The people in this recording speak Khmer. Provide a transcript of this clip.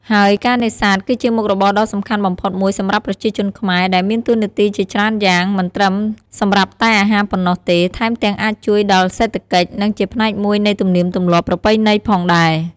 ហើយការនេសាទ គឺជាមុខរបរដ៏សំខាន់បំផុតមួយសម្រាប់ប្រជាជនខ្មែរ ដែលមានតួនាទីជាច្រើនយ៉ាង មិនត្រឹមសម្រាប់តែអាហារប៉ុណ្ណោះទេ ថែមទាំងអាចជួយដល់រសេដ្ឋកិច្ច និងជាផ្នែកមួយនៃទំនៀមទម្លាប់ប្រពៃណីផងដែរ។